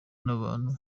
n’abantu